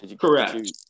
Correct